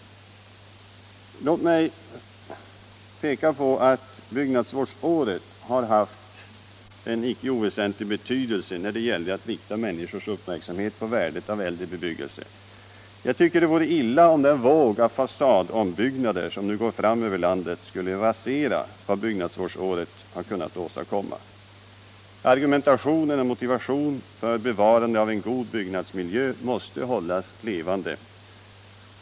Låt mig peka på att byggnadsvårdsåret har haft en icke oväsentlig betydelse när det gällt att rikta människors uppmärksamhet på värdet av äldre bebyggelse. Jag tycker det vore illa om den våg av fasadombyggnader som nu går fram över landet skulle rasera vad byggnadsvårdsåret har kunnat åstadkomma. Argumentation och motivation för bevarande av en god byggnadsmiljö måste hållas levande.